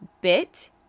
bit